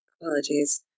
Apologies